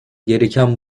gereken